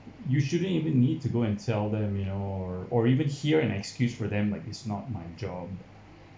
you shouldn't even need to go and tell them you know or or even hear an excuse for them like is not my job